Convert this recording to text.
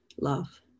love